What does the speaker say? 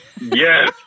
Yes